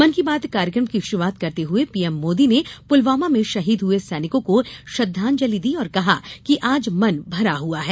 मन की बात कार्यक्रम की शुरुआत करते हुए पीएम मोदी ने पुलवामा में शहीद हुए सैनिकों को श्रद्वांजलि दी और कहा कि आज मन भरा हुआ है